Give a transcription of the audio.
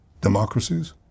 democracies